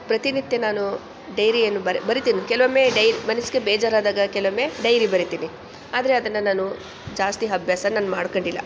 ಪ್ರತಿನಿತ್ಯ ನಾನು ಡೈರಿಯನ್ನು ಬರಿ ಬರಿತೀನಿ ಕೆಲವೊಮ್ಮೆ ಡೈರಿ ಮನಸ್ಸಿಗೆ ಬೇಜಾರಾದಾಗ ಕೆಲವೊಮ್ಮೆ ಡೈರಿ ಬರಿತೀನಿ ಆದರೆ ಅದನ್ನು ನಾನು ಜಾಸ್ತಿ ಅಭ್ಯಾಸ ನಾನು ಮಾಡ್ಕೊಂಡಿಲ್ಲ